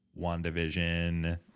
WandaVision